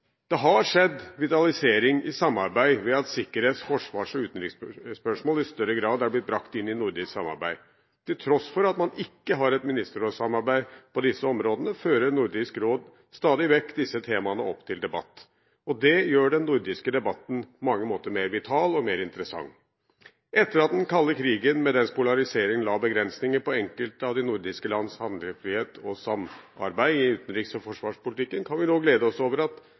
Det har skjedd en vitalisering av samarbeidet ved at sikkerhets-, forsvars- og utenriksspørsmål i større grad er blitt brakt inn i nordisk samarbeid. Til tross for at man ikke har et ministerrådssamarbeid på disse områdene, fører Nordisk råd stadig vekk disse temaene opp til debatt. Det gjør den nordiske debatten på mange måter mer vital og mer interessant. Etter at den kalde krigen med dens polarisering la begrensninger på enkelte av de nordiske lands handlefrihet og samarbeid i utenriks- og forsvarspolitikken, kan vi nå glede oss over at